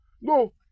No